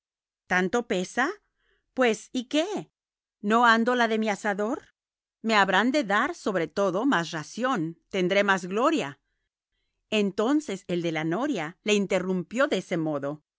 tanto pesa pues y qué no ando la de mi asador me habrán de dar sobre todo más ración tendré más gloria entonces el de la noria le interrumpió de este modo